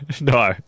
No